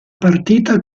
partita